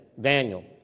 Daniel